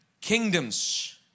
kingdoms